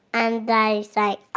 and they say.